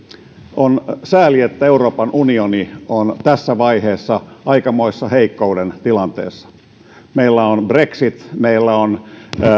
on sääli että euroopan unioni on tässä vaiheessa aikamoisessa heikkouden tilanteessa meillä on brexit meillä on